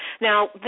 Now